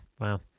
Wow